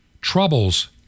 Troubles